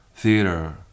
theater